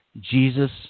Jesus